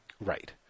Right